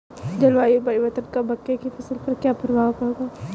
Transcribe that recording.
जलवायु परिवर्तन का मक्के की फसल पर क्या प्रभाव होगा?